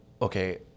okay